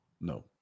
No